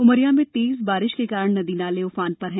उमरिया में तेज बारिश के कारण नदी नाले उफान पर हैं